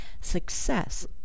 success